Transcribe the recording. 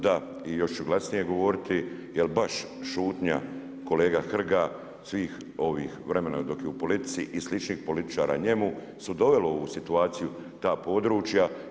Da i još ću glasnije govoriti, jer baš šutnja kolega Hrga svih ovih vremena dok je u politici i sličnih političara njemu su doveli u ovu situaciju ta područja.